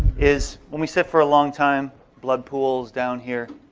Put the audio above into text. is when we sit for a long time blood pools down here.